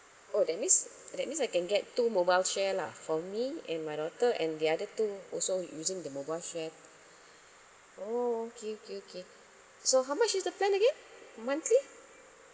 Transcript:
oh that means that means I can get two mobile share lah for me and my daughter and the other two also using the mobile share oh okay okay okay so how much is the plan again monthly